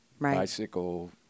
bicycle